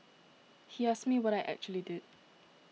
he asked me what I actually did